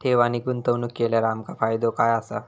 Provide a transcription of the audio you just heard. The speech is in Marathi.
ठेव आणि गुंतवणूक केल्यार आमका फायदो काय आसा?